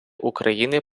україни